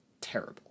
terrible